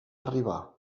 arribar